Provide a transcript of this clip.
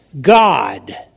God